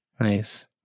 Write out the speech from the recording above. Nice